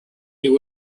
there